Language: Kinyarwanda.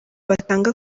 batanga